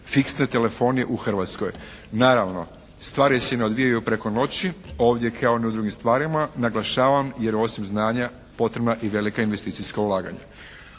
fiksne telefonije u Hrvatskoj. Naravno stvari se ne odvijaju preko noći ovdje kao ni u drugim stvarima, naglašavam, jer osim znanja potrebna i velika investicijska ulaganja.